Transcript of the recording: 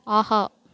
ஆஹா